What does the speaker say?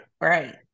Right